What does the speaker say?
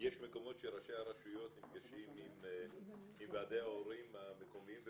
יש מקומות שראשי הרשויות נפגשים עם ועדי ההורים המקומיים,